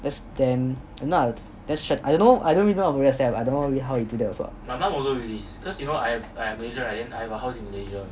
that's damn !hanna! that's stra~ I don't know I don't really know about real estate ah I don't really know how he do that also ah